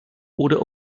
oder